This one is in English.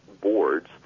boards